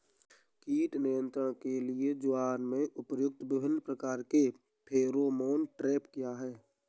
कीट नियंत्रण के लिए ज्वार में प्रयुक्त विभिन्न प्रकार के फेरोमोन ट्रैप क्या है?